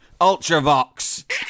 Ultravox